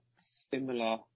Similar